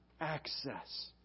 access